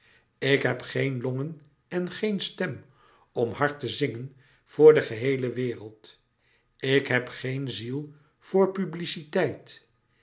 ik heb geen longen en geen stem om hard te zingen voor de geheele wereld ik heb geen ziel voor publiciteit